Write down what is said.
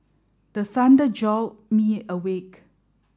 the thunder jolt me awake